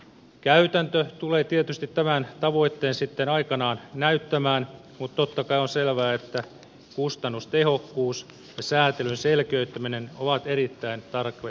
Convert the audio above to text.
käytäntö tulee tietysti tämän toteutumisen sitten aikanaan näyttämään mutta totta kai on selvää että kustannustehokkuus ja säätelyn selkeyttäminen ovat erittäin tärkeitä tavoitteita